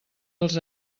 els